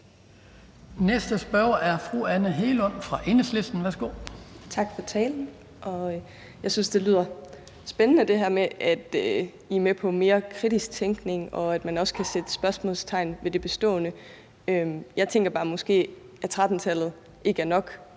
næste spørger er fru Anne Hegelund fra Enhedslisten. Værsgo. Kl. 11:56 Anne Hegelund (EL): Tak for talen. Jeg synes, at det her med, at I er med på mere kritisk tænkning, og at man også kan sætte spørgsmålstegn ved det bestående, lyder spændende. Jeg tænker måske bare, at 13-tallet ikke er nok,